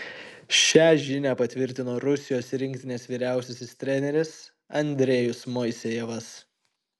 šią žinią patvirtino rusijos rinktinės vyriausiasis treneris andrejus moisejevas